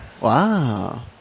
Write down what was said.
Wow